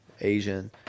Asian